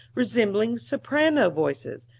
resembling soprano voices,